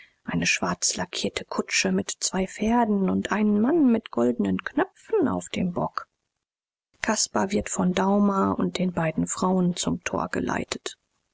eine schwarzlackierte kutsche mit zwei pferden und einen mann mit goldenen knöpfen auf dem bock caspar wird von daumer und den beiden frauen zum tor geleitet